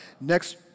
Next